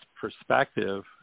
perspective